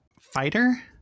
fighter